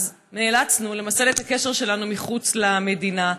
אז נאלצנו למסד את הקשר שלנו מחוץ למדינה.